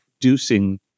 producing